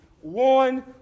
one